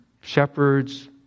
shepherds